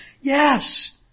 yes